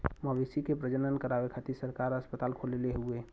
मवेशी के प्रजनन करावे खातिर सरकार अस्पताल खोलले हउवे